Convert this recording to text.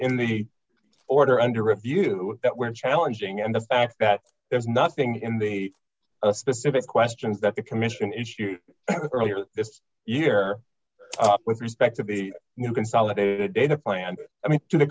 in the order under review when challenging and the fact that there's nothing in the a specific questions that the commission if your earlier this year with respect to be consolidated data plan i mean to the